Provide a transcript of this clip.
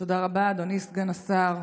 תודה רבה, אדוני סגן השר.